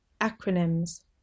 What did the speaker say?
Acronyms